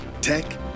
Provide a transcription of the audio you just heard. Tech